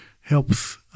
helps